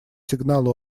сигнал